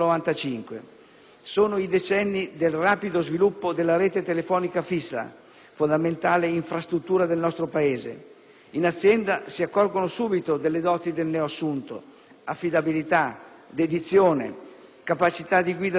Sono i decenni del rapido sviluppo della rete telefonica fissa, fondamentale infrastruttura del nostro Paese. In azienda si accorgono subito delle doti del neoassunto: affidabilità, dedizione, capacità di guida delle persone,